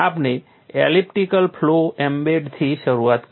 આપણે elliptical flow એમ્બેડથી શરૂઆત કરી